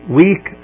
weak